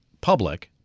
public